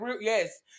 yes